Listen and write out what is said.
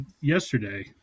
yesterday